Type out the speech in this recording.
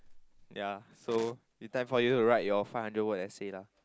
ya so time for you too write your five hundred word essay lah